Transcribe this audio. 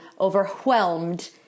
overwhelmed